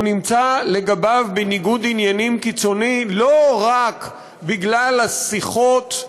הוא נמצא לגביו בניגוד עניינים קיצוני לא רק בגלל השיחות,